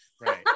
Right